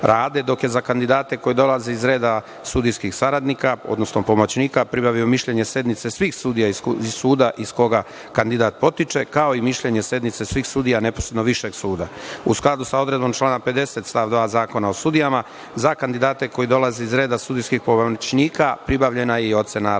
rade, dok je za kandidate koji dolaze iz reda sudijskih saradnika, odnosno pomoćnika, pribavio mišljenje sednice svih sudija iz suda iz koga kandidat potiče, kao i mišljenje sednice svih sudija neposredno višeg suda.U skladu sa odredbom člana 50. stav 2. Zakona o sudijama za kandidate koji dolaze iz reda sudijskih pomoćnika pribavljena je i ocena rada. Na